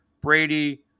Brady